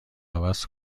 عوض